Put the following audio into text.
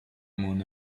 mon